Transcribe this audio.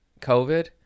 COVID